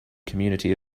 community